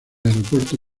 aeropuerto